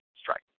strike